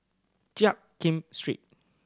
Jiak Kim Street